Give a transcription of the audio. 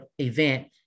event